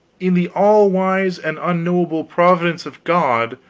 in the all-wise and unknowable providence of god,